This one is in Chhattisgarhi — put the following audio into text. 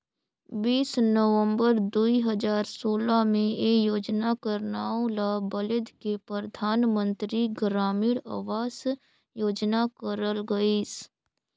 बीस नवंबर दुई हजार सोला में ए योजना कर नांव ल बलेद के परधानमंतरी ग्रामीण अवास योजना करल गइस